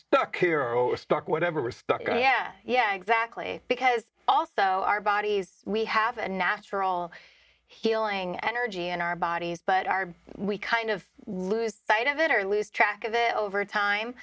stuck yeah yeah exactly because also our bodies we have a natural healing energy in our bodies but are we kind of lose sight of it or lose track of it over time